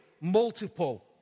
multiple